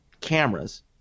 cameras